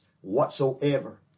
whatsoever